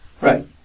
Right